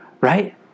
Right